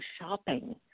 shopping